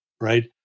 right